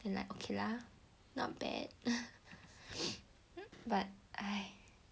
then like okay lah not bad but hais